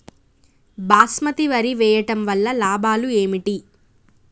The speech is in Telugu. బాస్మతి వరి వేయటం వల్ల లాభాలు ఏమిటి?